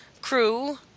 crew